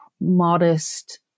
modest